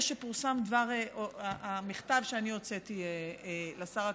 שפורסם המכתב שאני הוצאתי לשר אקוניס,